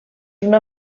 una